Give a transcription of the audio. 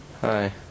Hi